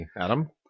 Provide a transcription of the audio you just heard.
Adam